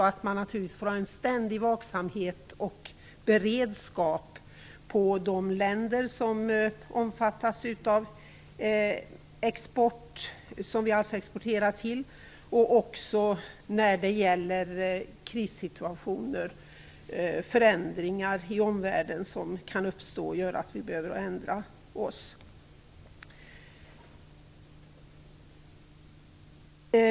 Man får naturligtvis ständigt vara vaksam och ha beredskap när det gäller de länder som vi exporterar till. Detsamma gäller vid krissituationer och förändringar som kan uppstå i omvärlden.